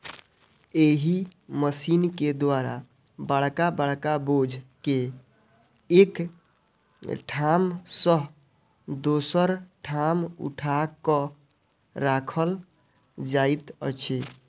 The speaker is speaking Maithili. एहि मशीन के द्वारा बड़का बड़का बोझ के एक ठाम सॅ दोसर ठाम उठा क राखल जाइत अछि